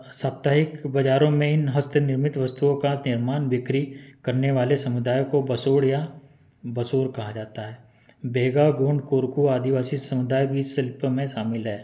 साप्ताहिक बाजारों में इन हस्त निर्मित वस्तुओं का तीयमान बिक्री करने वाले समुदाय को बसोड़ या बसोर कहा जाता है बेंगा गूंड कोरको आदिवासी समुदाय भी इस शिल्प में शामिल है